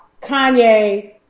Kanye